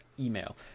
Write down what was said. email